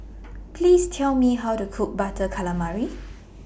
Please Tell Me How to Cook Butter Calamari